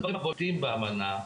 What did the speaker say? אחד הדברים הבולטים באמנה,